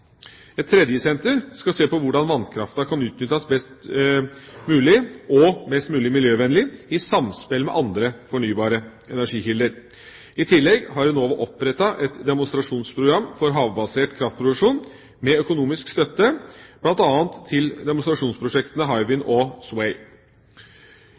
Et tredje senter skal se på hvordan vannkraften kan utnyttes best mulig og mest mulig miljøvennlig i samspill med andre fornybare energikilder. I tillegg har Enova opprettet et demonstrasjonsprogram for havbasert kraftproduksjon med økonomisk støtte bl.a. til demonstrasjonsprosjektene